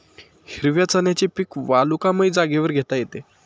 हिरव्या चण्याचे पीक वालुकामय जागेवर घेता येते